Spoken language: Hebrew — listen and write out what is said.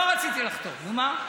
לא רציתי לחתום, נו, מה?